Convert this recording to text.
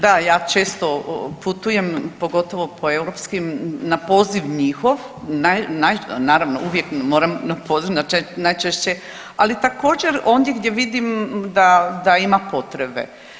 Da ja često putujem pogotovo po europskim, na poziv njihov, naravno uvijek moram na poziv najčešće, ali također ondje gdje vidim da, da ima potrebe.